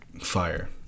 Fire